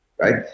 Right